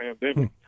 pandemic